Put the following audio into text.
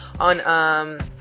on